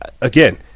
again